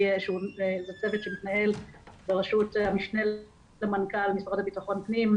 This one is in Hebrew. זה צוות שמתנהל ברשות המשנה למנכ"ל משרד לביטחון פנים,